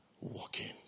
walking